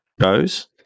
goes